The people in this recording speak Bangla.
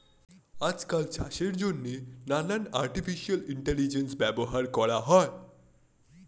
আজকাল চাষের জন্যে নানান আর্টিফিশিয়াল ইন্টেলিজেন্স ব্যবহার করা হয়